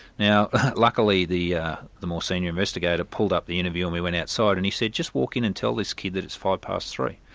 now luckily, the the more senior investigator pulled up the interview and we went outside. and he said, just walk in this kid that it's five past three.